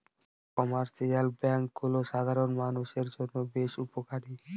commercial ব্যাঙ্কগুলো সাধারণ মানষের জন্য বেশ উপকারী